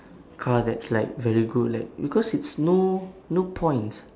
car that's like very good like because it's no no points